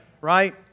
Right